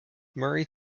murray